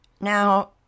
Now